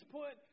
put